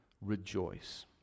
rejoice